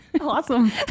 awesome